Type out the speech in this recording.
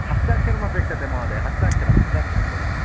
हस्ताक्षरमपेक्ष्यते महोदय हस्ताक्षरं हस्ताक्षरं ददातु